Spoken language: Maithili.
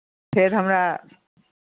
फेर हमरा